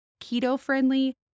keto-friendly